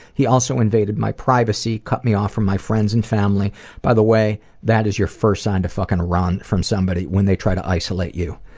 he also invaded my privacy, cut me off from my friends and family by the way, that is your first sign to fucking run from somebody, when they try to isolate you